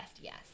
yes